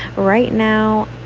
right now,